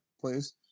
please